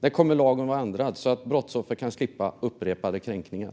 När kommer lagen att vara ändrad så att brottsoffer kan slippa upprepade kränkningar?